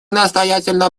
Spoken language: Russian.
настоятельно